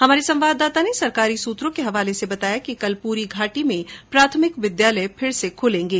हमारे संवाददाता ने सरकारी सूत्रों के हवाले से बताया है कि कल पूरी घाटी में प्राथमिक विद्यालय फिर से खूलेंगे